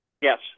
Yes